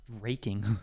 raking